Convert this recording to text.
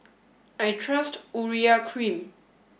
I trust Urea Cream